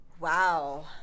Wow